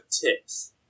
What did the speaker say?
tips